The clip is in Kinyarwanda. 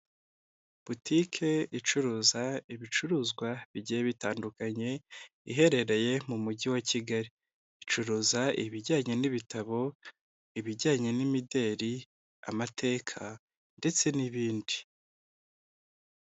Botike icuruza ibicuruzwa bigiye bitandukanye, iherereye mu mujyi wa kigali, icuruza ibijyanye n'ibitabo, ibijyanye n'imideli, amateka ndetse n'ibindi.